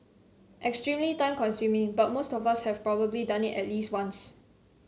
extremely time consuming but most of us have probably done it at least once